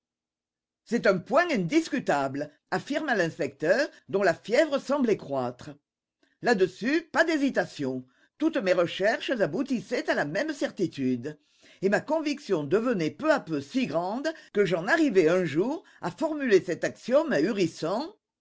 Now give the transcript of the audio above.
c'est un point indiscutable affirma l'inspecteur dont la fièvre semblait croître là-dessus pas d'hésitation toutes mes recherches aboutissaient à la même certitude et ma conviction devenait peu à peu si grande que j'en arrivai un jour à formuler cet